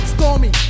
Stormy